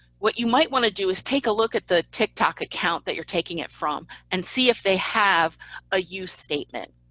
what you might want to do is take a look at the tiktok account that you're taking it from, and see if they have a use statement.